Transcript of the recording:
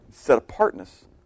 set-apartness